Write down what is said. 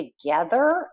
together